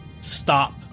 stop